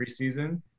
preseason